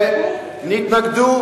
שהתנגדו,